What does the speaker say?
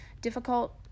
Difficult